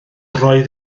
roedd